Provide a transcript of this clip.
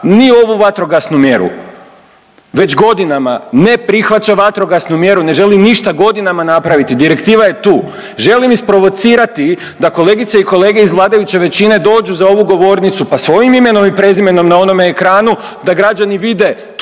ni ovu vatrogasnu mjeru. Već godinama ne prihvaća vatrogasnu mjeru, ne želi ništa godinama napraviti, direktiva je tu. Želim isprovocirati da kolegice i kolege iz vladajuće većine dođu za ovu govornicu pa svojim imenom i prezimenom na onome ekranu da građani vide tko od